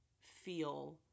feel